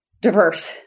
diverse